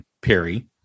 Perry